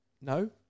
No